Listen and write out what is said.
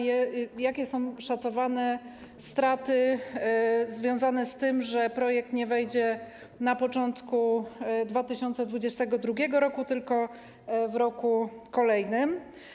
Jakie są szacowane straty związane z tym, że projekt nie wejdzie na początku 2022 r., tylko w roku kolejnym?